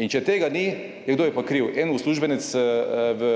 In če tega ni, kdo je pa kriv? En uslužbenec v,